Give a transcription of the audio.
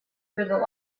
for